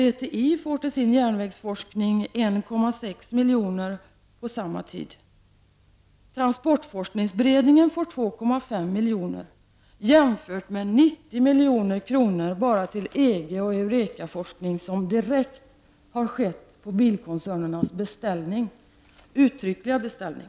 VTI får till sin järnvägsforskning 1,6 miljoner under samma tid, och transportforskningsberedningen får 2,5 miljoner jämfört med 90 miljoner bara till EG och Eureka-forskning, direkt på bilkoncernernas uttryckliga beställning.